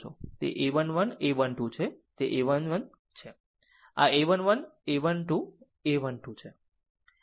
તે a 1 1 a 1 2 છે તે a 1 1 છે આ a 1 1 a 1 2 a 1 2 છે